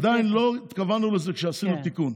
עדיין לא התכוונו לזה כשעשינו את התיקון.